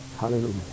Hallelujah